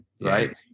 right